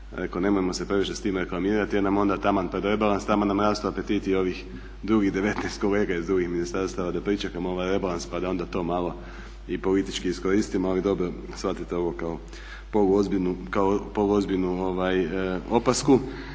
reko nemojmo se previše s tim reklamirati jer nam onda taman pred rebalans, taman nam rastu apetiti ovih drugih 19 kolega iz drugih ministarstava, da pričekamo ovaj rebalans pa da onda to malo i politički iskoristimo ali dobro. Shvatite ovo kao poluozbiljnu opasku.